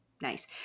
nice